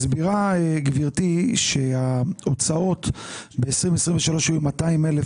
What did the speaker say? גברתי מסבירה שההוצאות ב-2023 היו 200,000